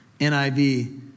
NIV